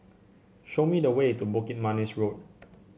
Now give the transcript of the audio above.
show me the way to Bukit Manis Road